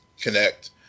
connect